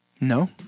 No